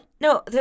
No